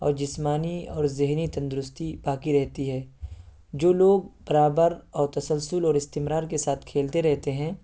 اور جسمانی اور ذہنی تندرستی باقی رہتی ہے جو لوگ برابر اور تسلسل اور استمرار کے ساتھ کھیلتے رہتے ہیں